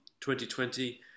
2020